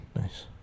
nice